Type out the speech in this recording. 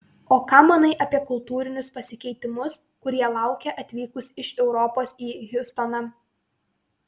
o ką manai apie kultūrinius pasikeitimus kurie laukė atvykus iš europos į hjustoną